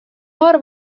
paar